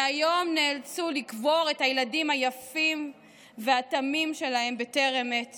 שהיום נאלצו לקבור את הילדים היפים והתמים שלהם בטרם עת